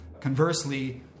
Conversely